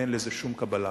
אין לזה שום קבלה,